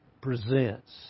presents